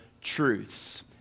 truths